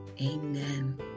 amen